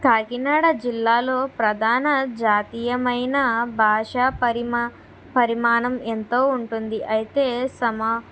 కాకినాడ జిల్లాలో ప్రధాన జాతీయమైన భాషా పరిమ పరిమాణం ఎంతో ఉంటుంది అయితే సమ